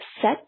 set